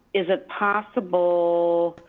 is it possible